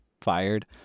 fired